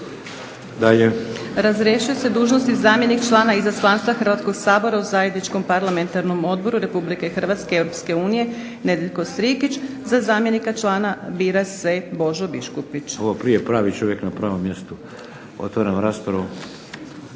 (HDZ)** Razrješuje se dužnosti zamjenik člana izaslanstva Hrvatskog sabora u zajedničkom parlamentarnom odboru RH i EU Nedjeljko Strikić. Za zamjenika člana bira se Božo Biškupić. **Šeks, Vladimir (HDZ)** Ovo prije pravi čovjek na pravom mjestu. Otvaram raspravu.